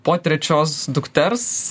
po trečios dukters